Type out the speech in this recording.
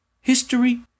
history